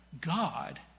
God